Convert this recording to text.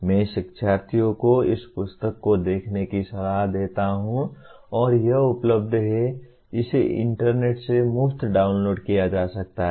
मैं शिक्षार्थियों को इस पुस्तक को देखने की सलाह देता हूं और यह उपलब्ध है इसे इंटरनेट से मुफ्त डाउनलोड किया जा सकता है